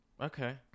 Okay